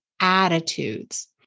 attitudes